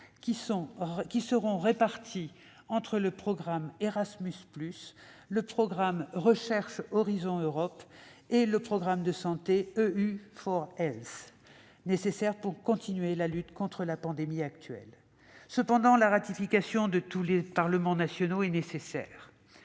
sera réparti entre le programme Erasmus +, le programme de recherche Horizon Europe et le programme de santé, nécessaire pour poursuivre la lutte contre la pandémie actuelle. Cependant, la ratification de tous les parlements nationaux est nécessaire.